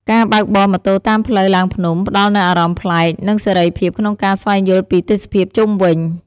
ការបើកបរម៉ូតូតាមផ្លូវឡើងភ្នំផ្តល់នូវអារម្មណ៍ប្លែក និងសេរីភាពក្នុងការស្វែងយល់ពីទេសភាពជុំវិញ។